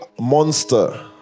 monster